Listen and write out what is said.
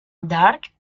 dark